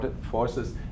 forces